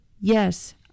Yes